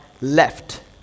left